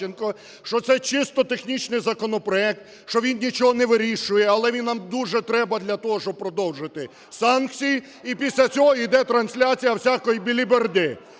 що це чисто технічний законопроект, що він нічого не вирішує. Але він нам дуже треба для того, щоб продовжити санкції. І після цього йде трансляція всякої беліберди.